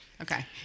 Okay